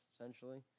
essentially